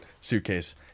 suitcase